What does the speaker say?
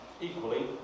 Equally